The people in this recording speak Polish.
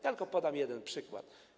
Ja tylko podam jeden przykład.